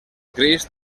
crist